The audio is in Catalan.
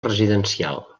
residencial